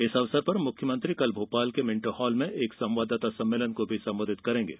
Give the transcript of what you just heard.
इस अवसर पर मुख्यमंत्री कल भोपाल के मिंटो हॉल में संवाददाता सम्मेलन को संबोधित करेंगे